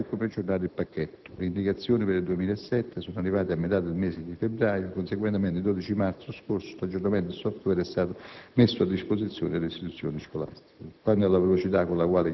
corrette e certificate su come aggiornare il pacchetto. Le indicazioni per il 2007 sono arrivate a metà del mese di febbraio, conseguentemente il 12 marzo scorso l'aggiornamento del *software* è stato messo a disposizione delle istituzioni scolastiche.